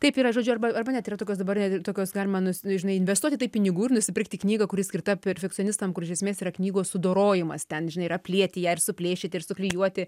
kaip yra žodžiu arba arba net yra tokios dabar tokios galima nu žinai investuot į tai pinigų ir nusipirkti knygą kuri skirta perfekcionistam kur iš esmės yra knygos sudorojimas ten žinai ir aplieti ją ir suplėšyti ir suklijuoti